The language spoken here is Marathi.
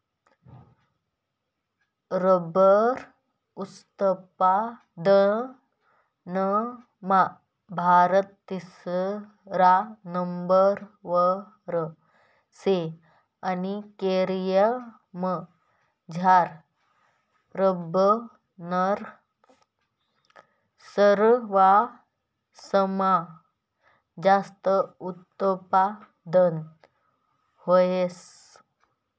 रबर उत्पादनमा भारत तिसरा नंबरवर शे आणि केरयमझार रबरनं सरवासमा जास्त उत्पादन व्हस